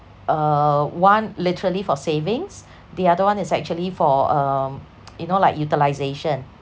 uh one literally for savings the other one is actually for um you know like utilisation